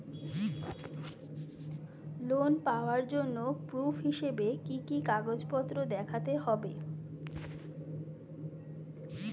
Loan পাওয়ার জন্য proof হিসেবে কি কি কাগজপত্র দেখাতে হবে?